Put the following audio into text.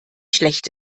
schlecht